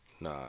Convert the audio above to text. Nah